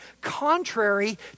contrary